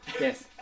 yes